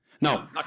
No